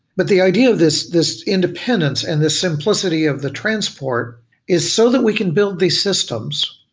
but the idea of this this independence and the simplicity of the transport is so that we can build these systems,